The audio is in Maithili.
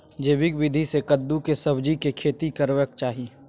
जैविक विधी से कद्दु के सब्जीक खेती करबाक चाही?